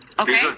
Okay